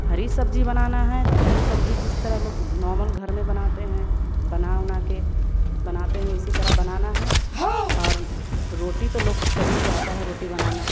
हरी सब्जी बनाना है तो हरी सब्जी जिस तरह लोग नॉर्मल घर में बनाते हैं बना उना के बनाते हैं उसी तरह बनाना है और रोटी तो लोग सभी को आता है रोटी बनाना